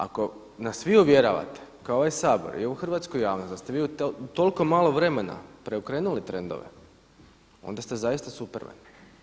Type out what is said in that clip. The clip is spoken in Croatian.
Ako nas vi uvjeravate kao i ovaj Sabor i ovu hrvatsku javnost da ste vi u toliko malo vremena preokrenuli trendove, onda ste zaista Superman.